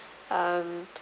um